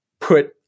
put